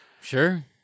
Sure